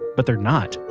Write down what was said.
but they're not.